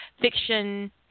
fiction